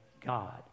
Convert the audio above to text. God